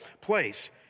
place